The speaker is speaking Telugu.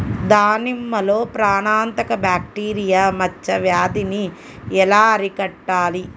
దానిమ్మలో ప్రాణాంతక బ్యాక్టీరియా మచ్చ వ్యాధినీ ఎలా అరికట్టాలి?